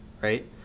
right